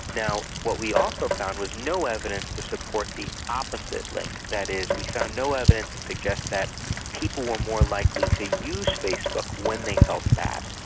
what we also found was no evidence to support the opposite link. that is, we found no evidence to suggest that people were more likely to use facebook when they felt bad.